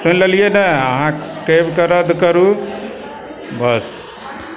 सुनि लेलियै नऽ अहाँ कैबकऽ रद्द करु बस